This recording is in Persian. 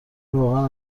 واقعا